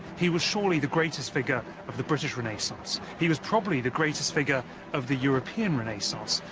he was surely the greatest figure of the british renaissance. he was probably the greatest figure of the european renaissance.